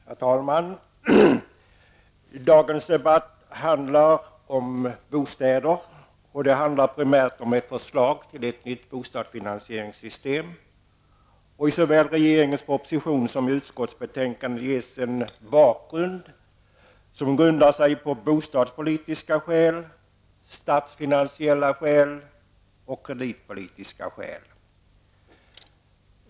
Herr talman! Dagens debatt handlar om bostäder. Den handlar primärt om ett förslag till ett nytt finansieringssystem. I såväl regeringens proposition som utskottsbetänkandet ges en bakgrund som grundas på bostadspolitiska skäl, statsfinansiella skäl och kreditpolitiska skäl.